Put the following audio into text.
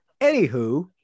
Anywho